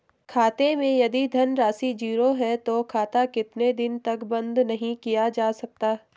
खाते मैं यदि धन राशि ज़ीरो है तो खाता कितने दिन तक बंद नहीं किया जा सकता?